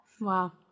wow